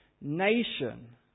nation